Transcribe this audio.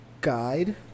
Guide